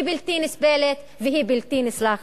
היא בלתי נסבלת והיא בלתי נסלחת.